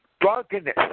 drunkenness